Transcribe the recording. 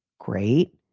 great.